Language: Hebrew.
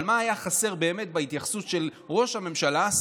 אבל מה היה חסר באמת בהתייחסות של ראש הממשלה,